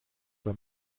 bei